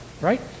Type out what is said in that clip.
right